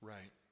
Right